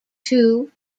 two